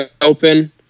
open